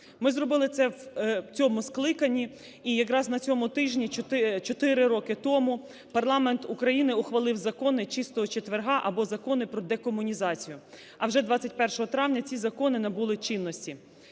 Ми зробили це в цьому скликанні, і якраз на цьому тижні 4 роки тому парламент України ухвалив "закони чистого четверга" або закони про декомунізацію. А вже 21 травня ці закони набули чинності.